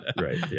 right